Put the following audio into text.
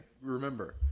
remember